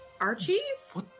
Archie's